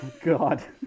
god